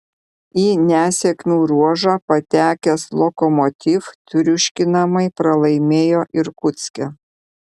į nesėkmių ruožą patekęs lokomotiv triuškinamai pralaimėjo irkutske